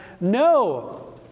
No